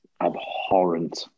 abhorrent